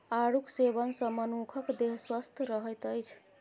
आड़ूक सेवन सॅ मनुखक देह स्वस्थ रहैत अछि